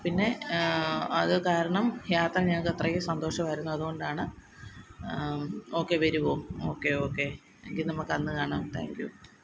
പിന്നെ അത് കാരണം യാത്ര ഞങ്ങൾക്ക് അത്രയ്ക്ക് സന്തോഷമായിരുന്നു അതുകൊണ്ടാണ് ഓക്കേ വരുമോ ഓക്കേ ഓക്കേ എങ്കിൽ നമുക്ക് അന്ന് കാണാം താങ്ക് യു